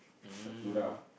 Sakura